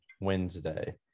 wednesday